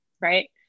right